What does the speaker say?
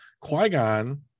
qui-gon